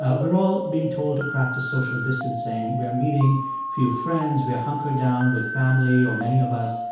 ah we're all being told to practice social distancing. we are meeting few friends. we are hunkered down with family or, many of us,